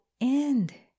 end